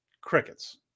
Crickets